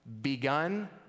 begun